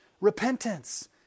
repentance